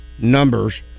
numbers